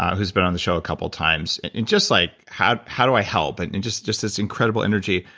who's been on the show a couple times, and just like how how do i help. and just just this incredible energy.